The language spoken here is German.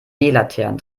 laternen